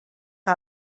que